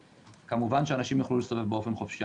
כמובן אנשים יוכלו להסתובב באופן חופשי.